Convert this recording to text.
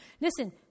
listen